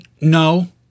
no